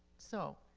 so,